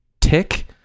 tick